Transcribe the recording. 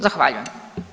Zahvaljujem.